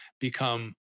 become